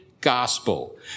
Gospel